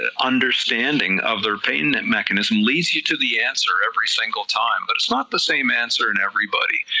ah understanding of their pain mechanism lead you to the answer every single time, but it's not the same answer in everybody,